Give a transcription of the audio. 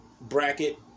bracket